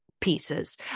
pieces